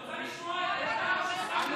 את רוצה לשמוע או סתם לצעוק,